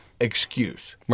excuse